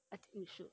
I think you should